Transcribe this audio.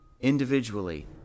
individually